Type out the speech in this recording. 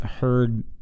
heard